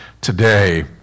today